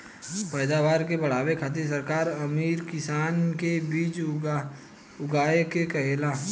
पैदावार के बढ़ावे खातिर सरकार अमीर किसान के बीज उगाए के कहेले